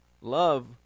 Love